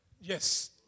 Yes